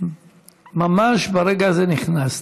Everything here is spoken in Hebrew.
ממש ברגע הזה נכנסת.